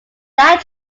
that